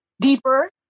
deeper